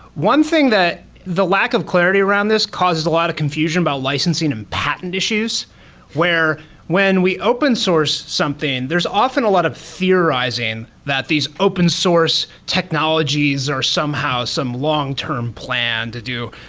one thing that the lack of clarity around this causes a lot of confusion about licensing and patent issues where when we open source something, there is often a lot of theorizing that these open source technologies are somehow some long-term plan to do,